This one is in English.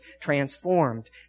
transformed